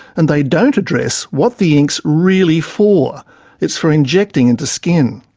and they don't address what the ink's really for it's for injecting into skin.